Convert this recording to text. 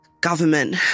government